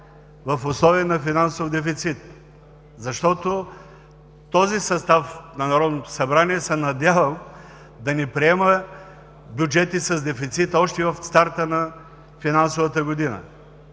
в условия на финансов дефицит, защото този състав на Народното събрание, се надявам, да не приема бюджети с дефицит още в старта на финансовата година.